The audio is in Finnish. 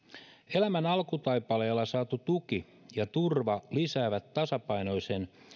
elämän alkutaipaleella saatu tuki ja turva lisäävät tasapainoisten